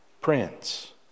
Prince